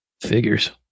Figures